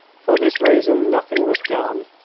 for this reason, nothing was done.